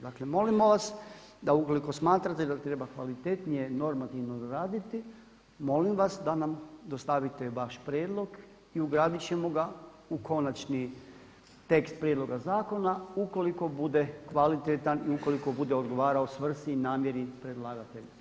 Dakle, molimo vas da ukoliko smatrate da treba kvalitetnije normativno doraditi, molim vas da nam dostavite vaš prijedlog i ugradit ćemo u konačni tekst prijedloga zakona, ukoliko bude kvalitetan i ukoliko bude odgovarao svrsi, namjeri predlagatelja.